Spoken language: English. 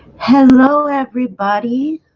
hello everybody,